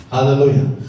Hallelujah